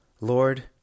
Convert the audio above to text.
Lord